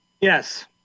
Yes